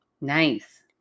Nice